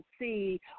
see